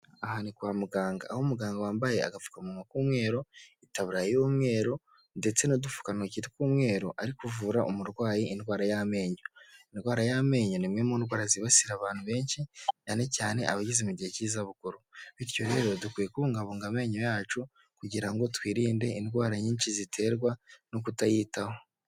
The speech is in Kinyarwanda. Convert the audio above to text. Aha ni kwa muganga, aho umuganga wambaye agapfukamunwa k'umweru, itaburiya y'umweru ndetse n'udupfukantoki tw'umweru ari kuvura umurwayi indwara y'amenyo. Indwara y'amenyo ni imwe mu ndwara zibasira abantu benshi, cyane cyane abageze mu gihe cy'izabukuru, bityo rero dukwiye kubungabunga amenyo yacu kugira ngo twirinde indwara nyinshi ziterwa no kutayitaho.